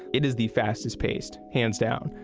it is the fastest paced, hands down.